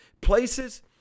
places